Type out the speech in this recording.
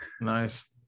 Nice